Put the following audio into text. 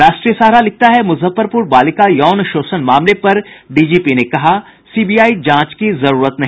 राष्ट्रीय सहारा लिखता है मुजफ्फरपुर बालिका यौन शोषण मामले पर डीजीपी ने कहा सीबीआई जांच की जरूरत नहीं